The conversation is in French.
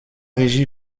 régi